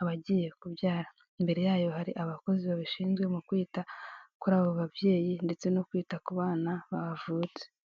abagiye kubyara imbere yayo hari abakozi babishinzwe mu kwita kuri abo babyeyi ndetse no kwita ku bana bavutse.